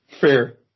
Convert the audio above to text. Fair